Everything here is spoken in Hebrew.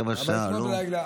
רבע שעה ועלו.